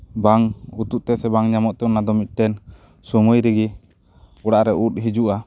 ᱵᱟᱝ ᱩᱛᱩᱜ ᱛᱮ ᱥᱮ ᱵᱟᱝ ᱧᱟᱢᱚᱜ ᱛᱮ ᱚᱱᱟ ᱫᱚ ᱢᱤᱜᱴᱮᱱ ᱥᱚᱢᱚᱭ ᱨᱮᱜᱮ ᱚᱲᱟᱜ ᱨᱮ ᱩᱫ ᱦᱤᱡᱩᱜᱼᱟ